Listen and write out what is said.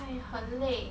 !aiya! 很累